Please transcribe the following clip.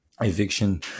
eviction